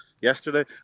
yesterday